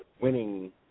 winning